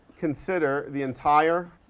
consider the entire